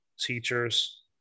teachers